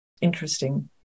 interesting